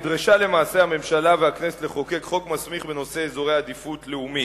למעשה הממשלה והכנסת נדרשו לחוקק חוק מסמיך בנושא אזורי עדיפות לאומית.